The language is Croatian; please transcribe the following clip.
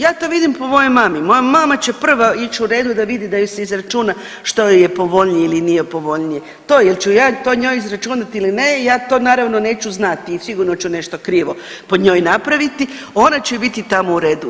Ja to vidim po mojoj mami, moja mama će prva ić u redu da vidi da joj se izračuna što joj je povoljnije ili nije povoljnije, to ili ću ja to njoj izračunati ili ne, ja to naravno neću znati i sigurno ću nešto krivo po njoj napraviti, ona će biti tamo u redu.